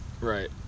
right